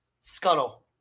Scuttle